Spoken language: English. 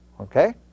Okay